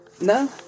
No